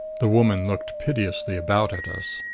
the woman looked piteously about at us.